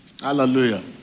Hallelujah